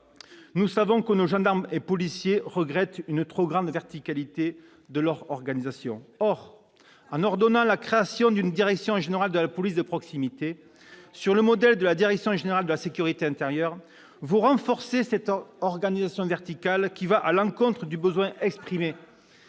nous savons que nos gendarmes et policiers regrettent une trop grande verticalité de leur organisation. Or, en ordonnant la création d'une direction générale de la police de proximité, sur le modèle de la direction générale de la sécurité intérieure, vous renforcez cette organisation verticale, qui va à l'encontre du besoin exprimé.